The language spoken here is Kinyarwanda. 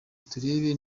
turebe